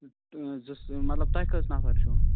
زٕ مطلب تۄہہِ کٕژ نفر چھُو